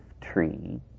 tree